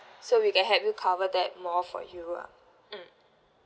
so we can help you cover that more for you ah mm